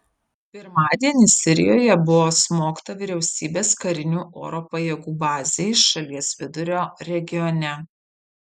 pirmadienį sirijoje buvo smogta vyriausybės karinių oro pajėgų bazei šalies vidurio regione